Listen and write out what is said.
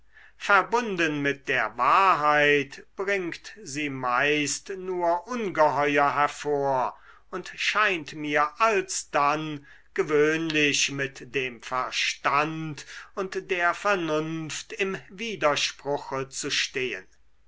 verbunden mit der wahrheit bringt sie meist nur ungeheuer hervor und scheint mir alsdann gewöhnlich mit dem verstand und der vernunft im widerspruche zu stehen